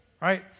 Right